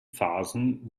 phasen